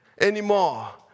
anymore